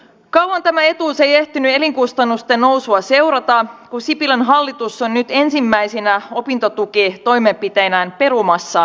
kauan tämä etuus ei ehtinyt elinkustannusten nousua seurata kun sipilän hallitus on nyt ensimmäisinä opintotukitoimenpiteinään perumassa tämän päätöksen